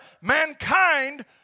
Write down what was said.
mankind